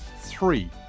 three